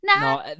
No